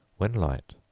when light,